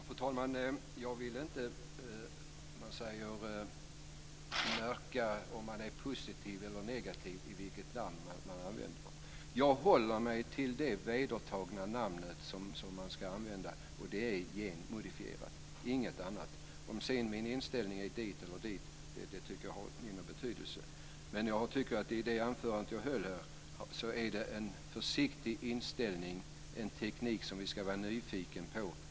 Fru talman! Jag vill inte säga om man är positiv eller negativ beroende på vilket namn man använder. Jag håller mig till det vedertagna namn man ska använda, och det är genmodifierad och inget annat. Om min inställning sedan är sådan eller sådan tycker jag har mindre betydelse. I det anförande jag höll framkom en försiktig inställning. Det här är en teknik vi ska vara nyfikna på.